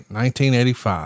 1985